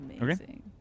amazing